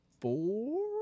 four